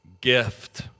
gift